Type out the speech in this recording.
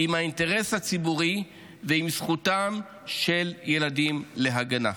עם האינטרס הציבורי ועם זכותם של ילדים להגנה.